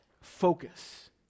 focus